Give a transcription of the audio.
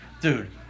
Dude